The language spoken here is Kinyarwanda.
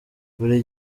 buri